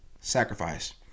sacrifice